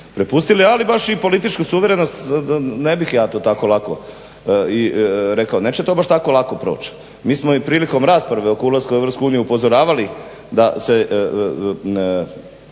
prepustili, ali baš i političku suverenost ne bih ja to tako lako rekao. Neće to baš tako lako proći. Mi smo i prilikom rasprave oko ulaska u EU upozoravali da se